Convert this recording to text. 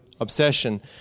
obsession